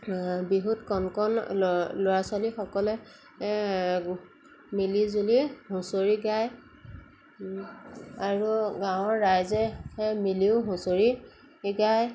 বিহুত কণ কণ ল'ৰা ছোৱালীসকলে মিলিজুলি হুঁচৰি গায় আৰু গাঁৱৰ ৰাইজে মিলিও হুঁচৰি গায়